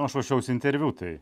aš ruošiausi interviu tai